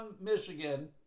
Michigan